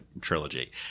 trilogy